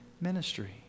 ministry